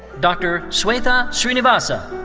dr. swetha srinivasa.